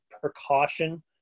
precaution